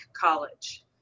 college